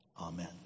Amen